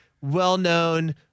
well-known